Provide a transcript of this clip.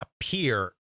appear